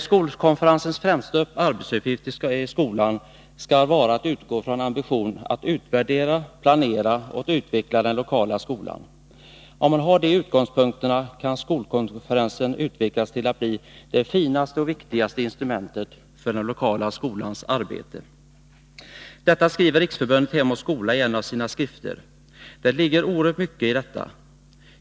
Skolkonferensens främsta arbetsuppgift i skolan skall vara att utgå från ambitionen att utvärdera, planera och utveckla den lokala skolan. Om man har de utgångspunkterna, kan skolkonferensen utvecklas till att bli det finaste och viktigaste instrumentet för den lokala skolans arbete. Detta skriver Riksförbundet Hem och Skola i en av sina skrifter. Det ligger oerhört mycket i detta.